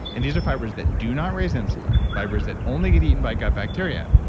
and these are fibers that do not raise insulin fibers that only get eaten by gut bacteria,